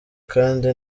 kandi